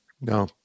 No